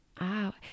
Wow